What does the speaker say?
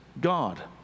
God